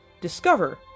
discover